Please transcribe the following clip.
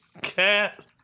cat